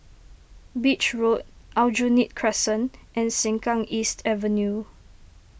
Beach Road Aljunied Crescent and Sengkang East Avenue